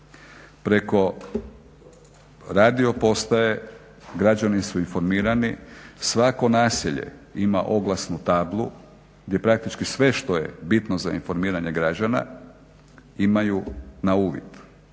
preko radio postaje građani su informirani, svako naselje ima oglasnu tablu gdje praktički sve što je bitno za informiranje građana imaju na uvid